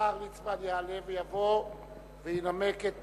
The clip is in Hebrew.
השר ליצמן יעלה ויבוא וינמק את